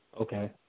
okay